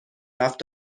رفت